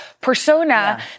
persona